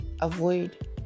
avoid